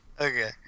Okay